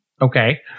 Okay